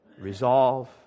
Resolve